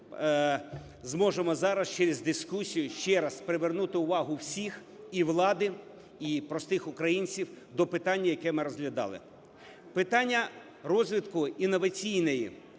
ми зможемо зараз через дискусію ще раз привернути увагу всіх – і влади, і простих українців – до питання, яке ми розглядали. Питання розвитку інноваційної